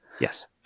Yes